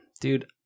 Dude